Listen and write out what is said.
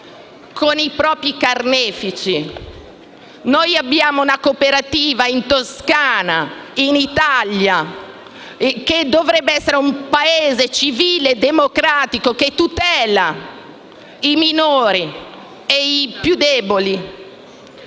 con i propri carnefici. Questa cooperativa esiste in Toscana, in Italia, che dovrebbe essere un Paese civile e democratico che tutela i minori e i più deboli;